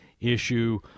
issue